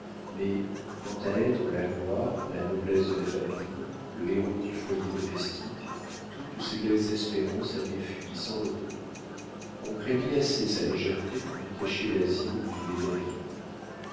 mais quant à être la gloire la noblesse de la famille le héros du foyer domestique toutes ces belles espérances avaient fui sans retour on craignit assez sa légèreté pour lui cacher l'asile où vivait david